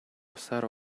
усаар